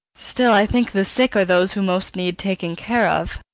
still i think the sick are those who most need taking care of.